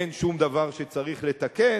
אין שום דבר שצריך לתקן,